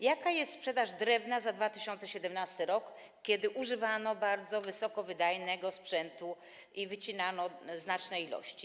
Jaka jest sprzedaż drewna za 2017 r., kiedy używano bardzo wysoko wydajnego sprzętu i wycinano znaczne ilości?